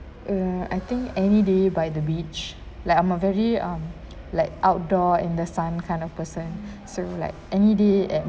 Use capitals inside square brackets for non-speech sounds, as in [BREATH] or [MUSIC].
err I think any day by the beach like I'm a very um like outdoor and the sun kind of person [BREATH] so like any day and